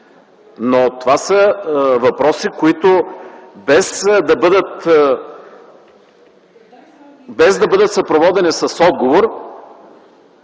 но това са въпроси, които, без да бъдат съпроводени с отговор